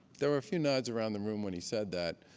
there were a few nods around the room when he said that,